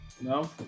No